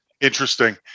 Interesting